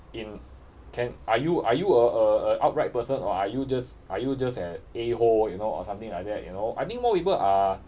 in can are you are you a a a upright person or are you just are you just an A hole you know or something like that you know I think more people are